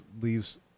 leaves